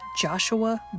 Joshua